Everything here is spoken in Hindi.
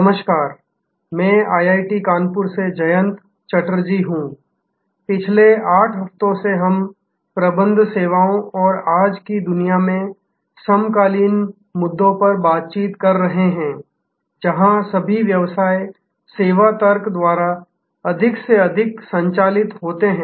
नमस्कार मैं आई आई टी कानपुर से जयंत चटर्जी हूं पिछले 8 हफ्तों से हम प्रबंध सेवाओं और आज की दुनिया में समकालीन मुद्दों पर बातचीत कर रहे हैं जहाँ सभी व्यवसाय सेवा तर्क द्वारा अधिक से अधिक संचालित होते हैं